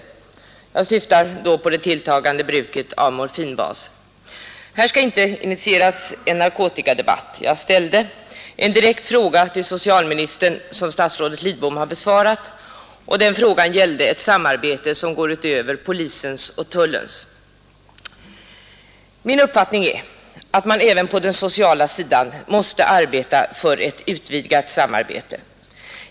Jag syftar då på det tilltagande bruket av morfinbas. Här skall inte initieras en narkotikadebatt. Jag ställde en direkt fråga till socialministern, som statsrådet Lidbom har besvarat, och den frågan gällde ett samarbete som går utöver polisens och tullens. Min uppfattning är att man även på den sociala sidan måste arbeta för ett utvidgat samarbete.